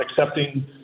accepting